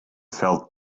felt